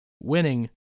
winning